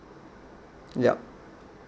yup